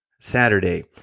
Saturday